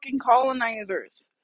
colonizers